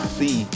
see